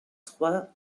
trois